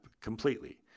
completely